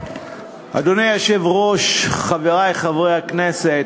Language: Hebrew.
אדוני היושב-ראש, חברי חברי הכנסת,